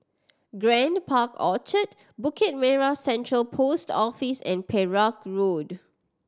Grand Park Orchard Bukit Merah Central Post Office and Perak Road